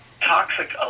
toxic